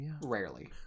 Rarely